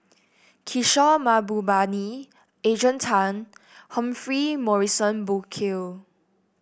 Kishore Mahbubani Adrian Tan Humphrey Morrison Burkill